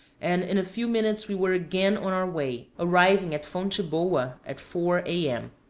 and in a few minutes we were again on our way, arriving at fonte boa at four a m.